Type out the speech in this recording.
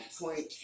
point